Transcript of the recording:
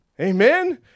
Amen